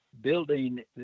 building